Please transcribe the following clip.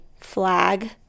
flag